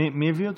מי הביא אותו?